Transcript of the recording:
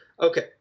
Okay